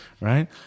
right